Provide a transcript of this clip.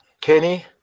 kenny